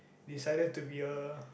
decided to be a